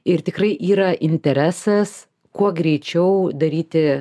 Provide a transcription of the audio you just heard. ir tikrai yra interesas kuo greičiau daryti